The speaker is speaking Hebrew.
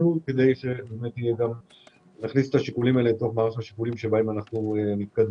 כדי שנדע להכניס את השיקולים האלה למערך השיקולים שלנו.